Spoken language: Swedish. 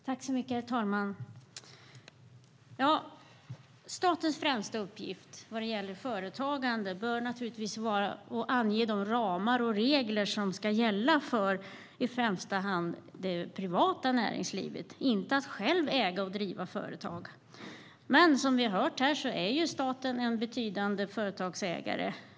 Herr talman! Statens främsta uppgift vad gäller företagande bör vara att ange de ramar och regler som ska gälla för i första hand det privata näringslivet, inte att själv äga och driva företag. Men som vi har hört här är staten en betydande företagsägare.